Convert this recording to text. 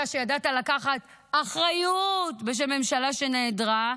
אתה, שידעת לקחת אחריות בשם ממשלה שנעדרה,